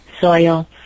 soil